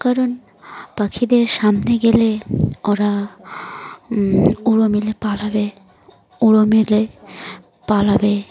কারণ পাখিদের সামনে গেলে ওরা উড়ো মিলে পালাবে উড়ো মেলে পালাবে